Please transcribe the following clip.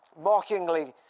mockingly